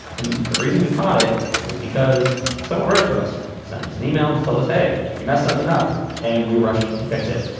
and the reason we caught it was because someone wrote to us send us an email told us hey you messed something up and we rushed to fix it.